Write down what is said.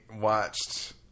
watched